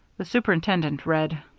the superintendent read